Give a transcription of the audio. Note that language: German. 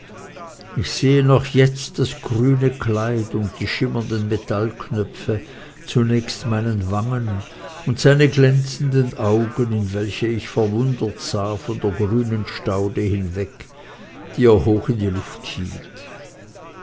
ich sehe noch jetzt das grüne kleid und die schimmernden metallknöpfe zunächst meinen wangen und seine glänzenden augen in welche ich verwundert sah von der grünen staude weg die er hoch in die luft hielt